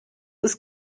ist